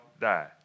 die